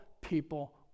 people